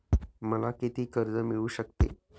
मला किती कर्ज मिळू शकते?